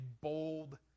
bold